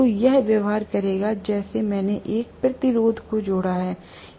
तो यह व्यवहार करेगा जैसे मैंने एक प्रतिरोध को जोड़ा है